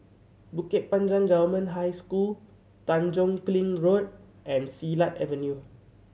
Bukit Panjang Government High School Tanjong Kling Road and Silat Avenue